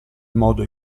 modo